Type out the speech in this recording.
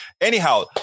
Anyhow